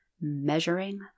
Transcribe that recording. measuring